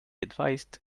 advised